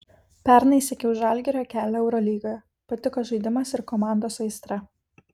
pernai sekiau žalgirio kelią eurolygoje patiko žaidimas ir komandos aistra